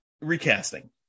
recasting